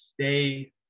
stay